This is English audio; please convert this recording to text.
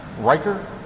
Riker